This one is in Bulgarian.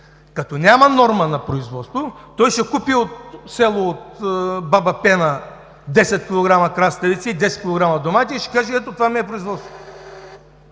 Като няма норма на производство, той ще купи от село, от баба Пена, 10 кг краставици и 10 кг домати и ще каже: ето, това ми е производството.